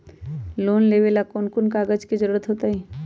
Loan लेवेला कौन कौन कागज के जरूरत होतई?